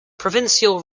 provincial